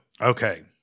Okay